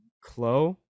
clo